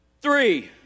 three